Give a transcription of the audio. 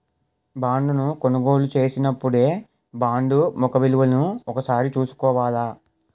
బాండును కొనుగోలు చేసినపుడే బాండు ముఖ విలువను ఒకసారి చూసుకోవాల